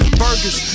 burgers